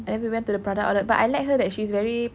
and then we went to the Prada outlet but I like her that she's very